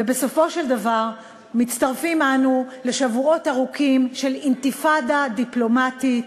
ובסופו של דבר מצטרפים אנו לשבועות ארוכים של אינתיפאדה דיפלומטית,